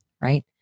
right